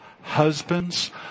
Husbands